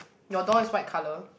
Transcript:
your door is white colour